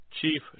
Chief